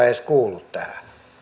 edes kuulu tähän